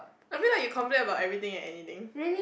I mean like you complain about everything and anything